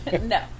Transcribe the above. No